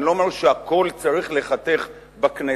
אני לא אומר שהכול צריך להיחתך בכנסת,